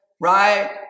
right